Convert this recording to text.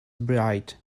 bright